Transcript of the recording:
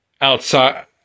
outside